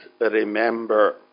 remember